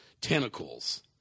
Tentacles